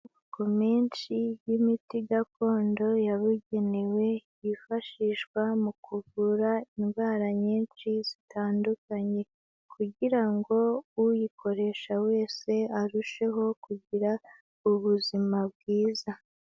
Ku menshi y'imiti gakondo yabugenewe, yifashishwa mu kuvura indwara nyinshi zitandukanye, kugira ngo uyikoresha wese arusheho kugira ubuzima bwiza.